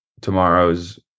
tomorrow's